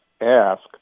ask